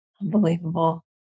Unbelievable